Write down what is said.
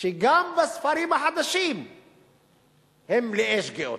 גם הספרים החדשים מלאי שגיאות.